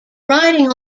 riding